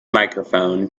microphone